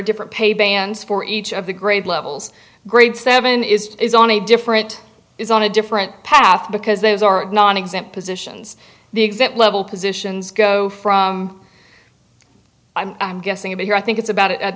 different pay bands for each of the grade levels grades seven is is on a different is on a different path because those are nonexempt positions the exact level positions go from i'm guessing a bit here i think it's about